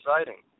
exciting